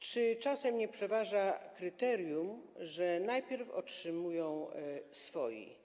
Czy czasem nie przeważa kryterium, że najpierw otrzymują swoi?